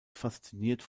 fasziniert